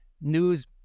news